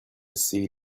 see